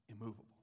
immovable